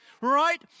right